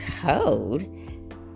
code